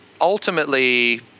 ultimately